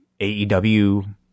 AEW